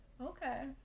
Okay